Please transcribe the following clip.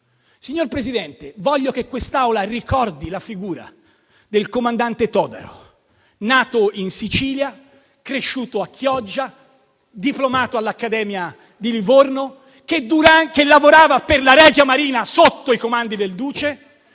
Signor Presidente, voglio che quest'Assemblea ricordi la figura del comandante Todaro, nato in Sicilia, cresciuto a Chioggia, diplomato all'Accademia di Livorno, che lavorava per la Regia Marina sotto i comandi del duce.